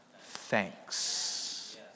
thanks